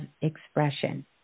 expression